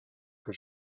que